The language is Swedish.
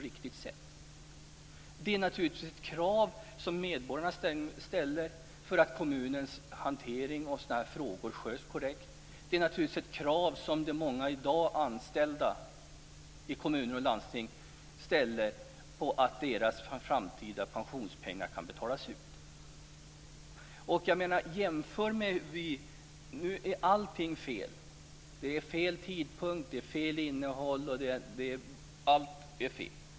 Medborgarna ställer naturligtvis kravet att kommunens hantering av sådana här frågor sköts korrekt. De många i dag anställda i kommuner och landsting ställer kravet att deras framtida pensionspengar kan betalas ut. Nu sägs allting vara fel - det är fel tidpunkt, och det är fel innehåll.